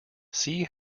see